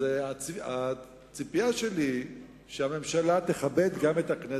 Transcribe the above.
אז הציפייה שלי היא שהממשלה תכבד גם את הכנסת.